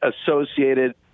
associated